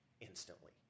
instantly